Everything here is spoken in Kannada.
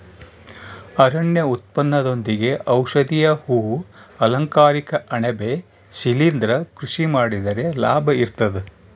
ಅರಣ್ಯ ಉತ್ಪನ್ನದೊಂದಿಗೆ ಔಷಧೀಯ ಹೂ ಅಲಂಕಾರಿಕ ಅಣಬೆ ಶಿಲಿಂದ್ರ ಕೃಷಿ ಮಾಡಿದ್ರೆ ಲಾಭ ಇರ್ತದ